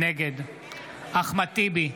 נגד אחמד טיבי,